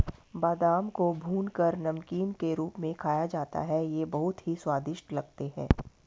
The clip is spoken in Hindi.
बादाम को भूनकर नमकीन के रूप में खाया जाता है ये बहुत ही स्वादिष्ट लगते हैं